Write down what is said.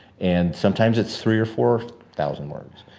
and sometimes it's three or four thousand words.